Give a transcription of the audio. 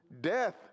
Death